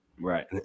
Right